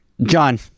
John